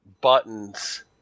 buttons